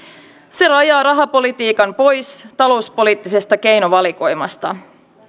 se rajaa rahapolitiikan pois talouspoliittisesta keinovalikoimasta